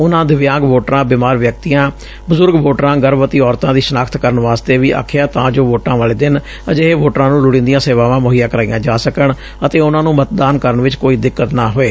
ਉਨੂਾਂ ਦਿਵਿਆਂਗ ਵੋਟਰਾਂ ਬਿਮਾਰ ਵਿਅਕਤੀਆਂ ਬਜ਼ੁਰਗ ਵੋਟਰਾਂ ਗਰਭਵਤੀ ਔਰਤਾਂ ਦੀ ਸ਼ਨਾਖ਼ਤ ਕਰਨ ਵਾਸਤੇ ਆਖਿਆ ਤਾਂ ਜੋ ਵੋਟਾਂ ਵਾਲੇ ਦਿਨ ਅਜਿਹੇ ਵੋਟਰਾਂ ਨੂੰ ਲੋੜੀਦੀਆਂ ਸੇਵਾਵਾਂ ਮੁਹੱਈਆ ਕਰਾਈਆਂ ਜਾ ਸਕਣ ਅਤੇ ਉਨ੍ਹਾਂ ਨੂੰ ਮਤਦਾਨ ਕਰਨ ਵਿਚ ਕੋਈ ਦਿੱਕਤ ਨਾ ਹੋਏ